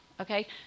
Okay